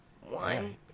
one